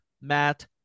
Matt